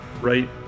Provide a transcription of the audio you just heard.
right